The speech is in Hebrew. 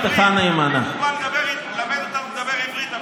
חבר הכנסת אמסלם, בבקשה.